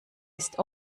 ist